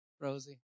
Rosie